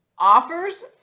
offers